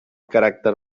caràcter